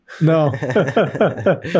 No